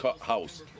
house